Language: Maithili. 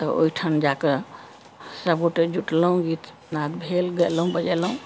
तऽ ओहिठाम जा कऽ सभगोटए जुटलहुँ गीत नाद भेल गेलहुँ बजेलहुँ